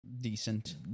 Decent